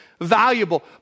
valuable